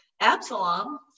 Absalom